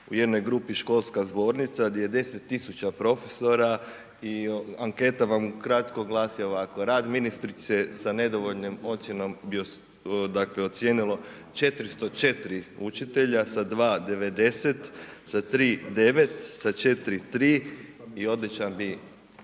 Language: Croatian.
u jednoj grupi školska zbornica di je 10 000 profesora i anketa vam ukratko glasi ovako, rad ministrice sa nedovoljnom ocjenom bi dakle ocijenilo 404 učitelja sa 2,90, sa tri 9, sa četiri 3 i odličan bi